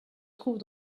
trouve